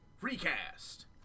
Recast